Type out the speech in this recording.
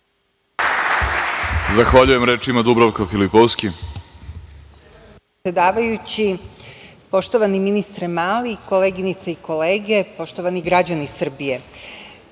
Zahvaljujem. Reč ima Dubravka Filipovski.